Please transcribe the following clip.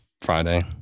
Friday